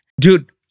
Dude